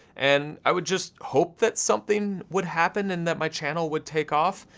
and i would just hope that something would happen, and that my channel would take off.